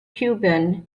cuban